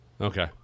Okay